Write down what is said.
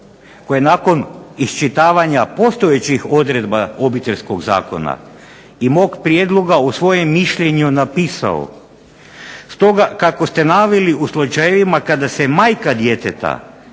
koji je nakon iščitavanja postojećih odredba Obiteljskog zakona i mog prijedloga u svojem mišljenju napisao stoga kako ste naveli u slučajevima kada se majka djeteta,